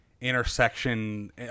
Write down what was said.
intersection